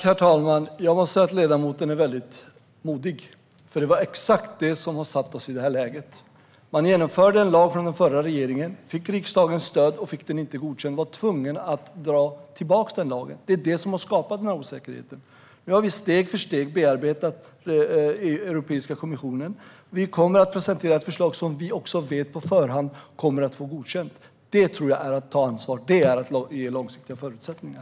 Herr talman! Jag anser att ledamoten är väldigt modig. Det är nämligen exakt det som har satt oss i det här läget. Den förra regeringen genomförde en lag, fick riksdagens stöd, men fick den inte godkänd av EU. Man var tvungen att dra tillbaka lagen. Det är det som har skapat denna osäkerhet. Nu har vi steg för steg bearbetat Europeiska kommissionen. Vi kommer att presentera ett förslag som vi på förhand vet kommer att få godkänt. Det är att ta ansvar och ge långsiktiga förutsättningar.